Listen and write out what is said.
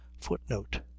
footnote